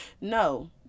no